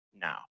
now